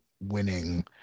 winning